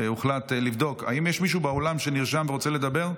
הוחלט לבדוק: האם יש מישהו באולם שנרשם ורוצה לדבר?